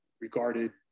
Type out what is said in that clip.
regarded